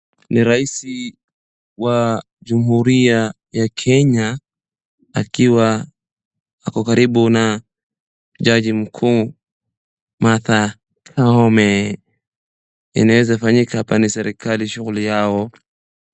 Ni rais wa jamhuri ya Kenya akiwa ako karibu na jaji mkuu, Martha Koome. Inaeza fanyika hapa ni serikali shughuli yao.